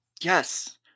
Yes